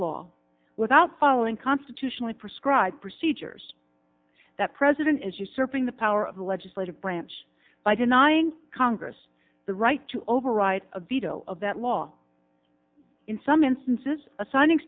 law without following constitutionally prescribed procedures that president is usurping the power of the legislative branch by denying congress the right to override a veto of that law in some instances a signing